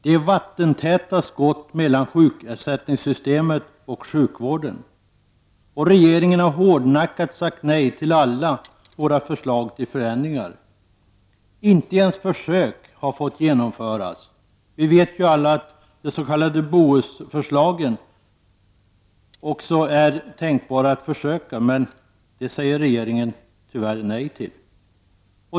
Det är vattentäta skott mellan sjukersättningssystemet och sjukvården. Och regeringen har hårdnackat sagt nej till alla våra förslag till förändringar. Inte ens försök har fått genomföras. Vi vet ju alla att de s.k. Bohusförslagen kan prövas, men det säger regeringen nej till.